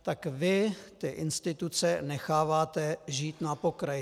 Tak vy ty instituce necháváte žít na pokraji.